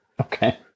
Okay